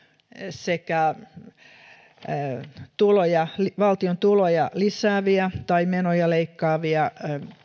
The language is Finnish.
sekä valtion tuloja lisääviä tai menoja leikkaavia